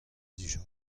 dija